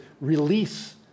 release